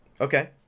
Okay